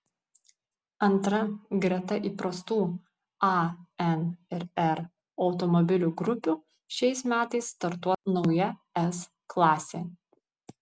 antra greta įprastų a n ir r automobilių grupių šiais metais startuos nauja s klasė